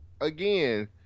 again